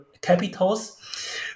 capitals